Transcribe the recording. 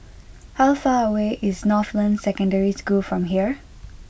how far away is Northland Secondary School from here